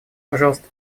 пожалуйста